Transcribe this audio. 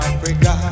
Africa